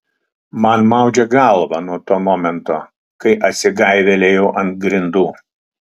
man maudžia galvą nuo to momento kai atsigaivelėjau ant grindų